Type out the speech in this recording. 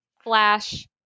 flash